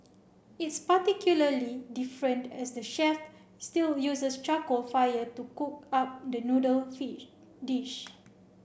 it's particularly different as the chef still uses charcoal fire to cook up the noodle dish